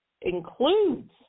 includes